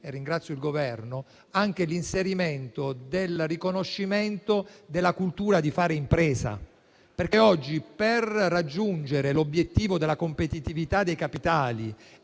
relatori e il Governo - anche l'inserimento del riconoscimento della cultura di fare impresa. Oggi, per raggiungere l'obiettivo della competitività dei capitali e